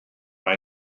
mae